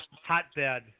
hotbed